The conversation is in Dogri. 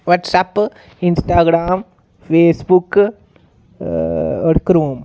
बटसऐप इंस्टाग्राम फेसबुक होर करूम